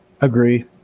Agree